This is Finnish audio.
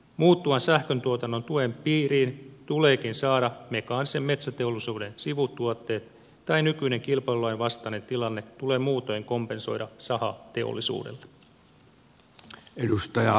muuttuvan sähköntuotannon tuen piiriin tuleekin saada mekaanisen metsäteollisuuden sivutuotteet tai nykyinen kilpailulain vastainen tilanne tulee muutoin kompensoida sahateollisuudelle